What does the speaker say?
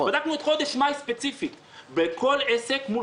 בדקנו את חודש מאי ספציפית בכל עסק.